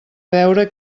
veure